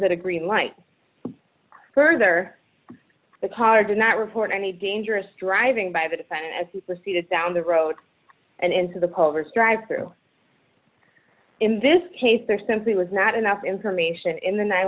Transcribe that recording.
at a green light further the car did not report any dangerous driving by the defendant as he proceeded down the road and into the posers drive through in this case there simply was not enough information in the nine